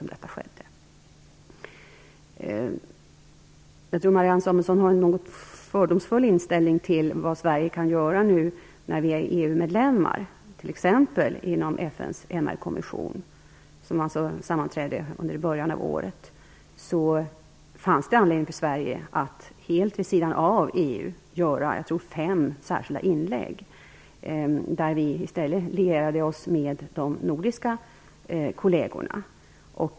Jag tror att Marianne Samuelsson har en något fördomsfull inställning till vad Sverige kan göra som EU-medlem, t.ex. inom FN:s MR-kommisssion. Den sammanträdde i början av året, och då fanns det anledning för Sverige att göra fem särskilda inlägg, helt vid sidan av EU. Vi lierade oss i stället med de nordiska kollegerna.